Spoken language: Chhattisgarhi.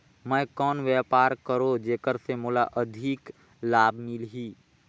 मैं कौन व्यापार करो जेकर से मोला अधिक लाभ मिलही?